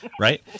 Right